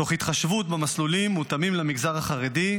מתוך התחשבות במסלולים מותאמים למגזר החרדי,